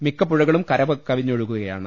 മിക്ക പുഴകളും കരകവി ഞ്ഞൊഴുകുകയാണ്